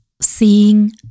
seeing